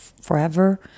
forever